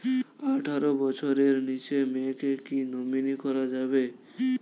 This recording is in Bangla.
আঠারো বছরের নিচে মেয়েকে কী নমিনি করা যাবে?